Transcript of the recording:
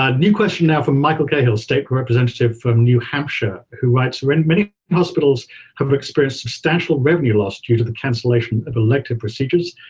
ah new question now for michael cahill, state representative from new hampshire, who writes, when many hospitals have expressed substantial revenue loss due to the cancellation of elective procedures,